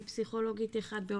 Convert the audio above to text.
בפסיכולוגית אחת,